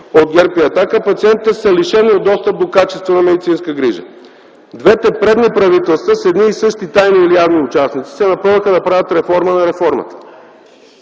от ГЕРБ и „Атака”, пациентите са лишени от достъп до качествена медицинска грижа. Двете предни правителства с едни и същи тайни или явни участници се напъваха да правят реформа на реформата